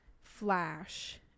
flash